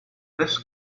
this